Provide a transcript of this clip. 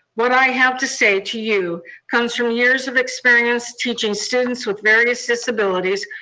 what i have to say to you comes from years of experience teaching students with various disabilities,